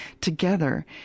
together